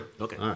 okay